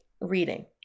reading